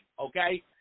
okay